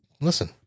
Listen